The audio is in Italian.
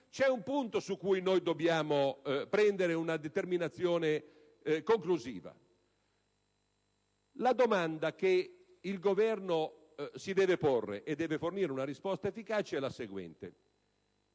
C'è un punto sul quale noi dobbiamo prendere una determinazione conclusiva; il Governo si deve porre e deve fornire una risposta efficace alla seguente